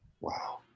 Wow